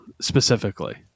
specifically